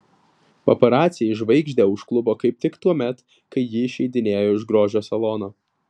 paparaciai žvaigždę užklupo kaip tik tuomet kai ji išeidinėjo iš grožio salono